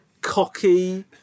cocky